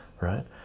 right